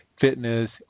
fitness